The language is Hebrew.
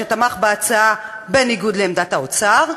שתמך בהצעה בניגוד לעמדת האוצר,